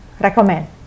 recommend